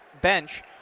bench